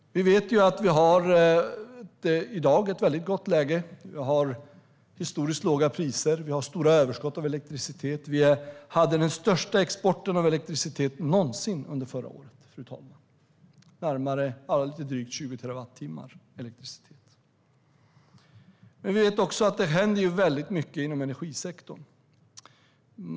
Vi vet att vi i dag har ett väldigt gott läge. Vi har historiskt låga priser och stora överskott av elektricitet. Vi hade den största exporten av elektricitet någonsin under förra året, fru talman. Det var lite drygt 20 terawatttimmar elektricitet. Men vi vet också att det händer väldigt mycket inom energisektorn.